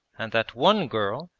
and that one girl,